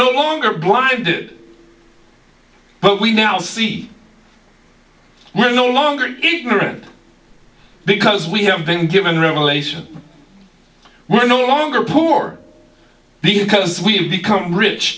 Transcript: longer blinded but we now see we're no longer ignorant because we have been given revelation we're no longer poor because we've become rich